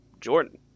Jordan